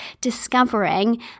discovering